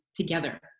together